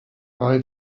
bei